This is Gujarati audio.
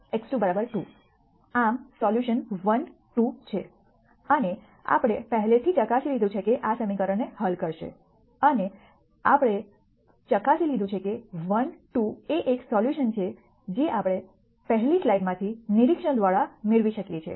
આમ સોલ્યુશન 1 2 છે અને આપણે પહેલેથી ચકાસી લીધું છે કે આ સમીકરણને હલ કરશે અને આપણે ચકાસી લીધું છે કે 1 2 એ એક સોલ્યુશન છે જે આપણે પહેલાની સ્લાઇડમાંથી નિરીક્ષણ દ્વારા મેળવી શકીએ છીએ